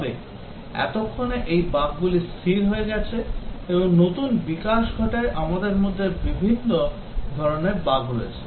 তবে ততক্ষণে এই বাগগুলি স্থির হয়ে গেছে এবং নতুন বিকাশ ঘটায় আমাদের মধ্যে বিভিন্ন ধরণের বাগ রয়েছে